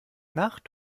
nach